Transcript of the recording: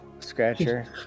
Scratcher